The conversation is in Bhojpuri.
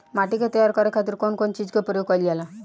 माटी के तैयार करे खातिर कउन कउन चीज के प्रयोग कइल जाला?